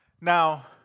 Now